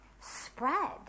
spread